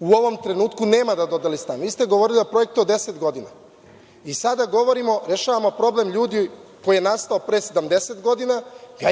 u ovom trenutku nema da dodeli stan. Vi ste govorili o projektu od 10 godina i sada rešavamo problem ljudi koji je nastao pre 70 godina.